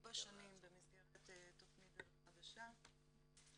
כארבע שנים במסגרת תכנית "דרך חדשה".